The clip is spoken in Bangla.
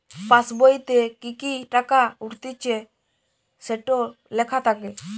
পাসবোইতে কি কি টাকা উঠতিছে সেটো লেখা থাকে